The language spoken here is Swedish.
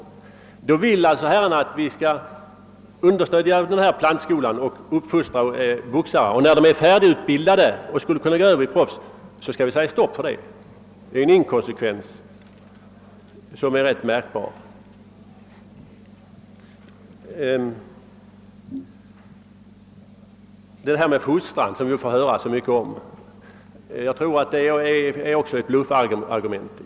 Herrarna vill alltså att vi skall understödja denna plantskola och uppfostra boxare, och när de är färdigutbildade och skulle kunna bli proffs så skall vi säga stopp. Det är en inkonsekvens som är rätt generande. Att boxningen skulle ha någon betydelse för ungdomens fostran, som vi ju får höra så mycket om, tror jag också är ett bluffargument.